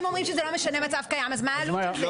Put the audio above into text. הם אומרים שזה לא משנה מצב קיים אז מה העלות של זה?